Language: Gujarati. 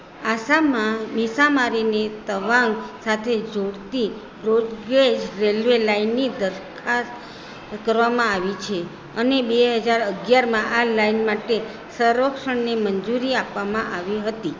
આસામમાં મિસામારીની તવાંગ સાથે જોડતી બ્રોડ ગેજ રેલ્વે લાઇનની દરખાસ્ત કરવામાં આવી છે અને બે હજાર અગિયારમાં આ લાઇન માટે સર્વેક્ષણની મંજૂરી આપવામાં આવી હતી